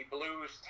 Blues